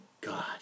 God